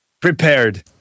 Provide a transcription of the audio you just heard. prepared